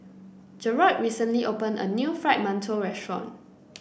Garold recently opened a new Fried Mantou restaurant